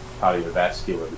cardiovascular